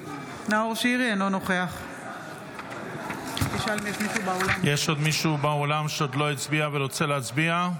אינו נוכח יש עוד מישהו באולם שעוד לא הצביע ורוצה להצביע?